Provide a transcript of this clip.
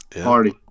party